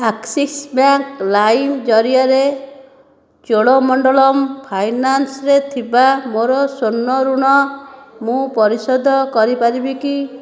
Axis bank lime ଜରିଆରେ ଚୋଳମଣ୍ଡଳମ୍ ଫାଇନାନ୍ସ୍ରେ ଥିବା ମୋର ସ୍ଵର୍ଣ୍ଣ ଋଣ ମୁଁ ପରିଶୋଧ କରିପାରିବି କି